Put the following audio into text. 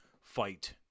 fight